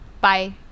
Bye